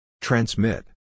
Transmit